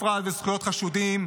ובפרט זכויות חשודים,